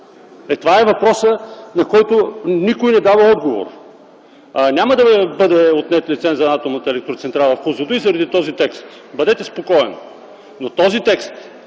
Това е въпросът на който никой не дава отговор. Няма да бъде отнет лицензът на Атомната електроцентрала в Козлодуй заради този текст. Бъдете спокоен! Но този текст